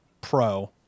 Pro